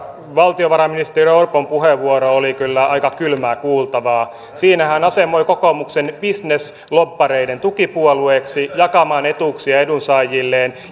valtiovarainministeri orpon puheenvuoro oli kyllä aika kylmää kuultavaa siinä hän asemoi kokoomuksen bisneslobbareiden tukipuolueeksi jakamaan etuuksia edunsaajilleen